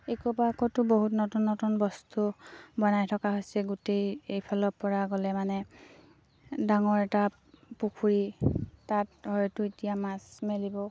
eco পাৰ্কটো বহুত নতুন নতুন বস্তু বনাই থকা হৈছে গোটেই এইফালৰ পৰা গ'লে মানে ডাঙৰ এটা পুখুৰী তাত হয়তো এতিয়া মাছ মেলিব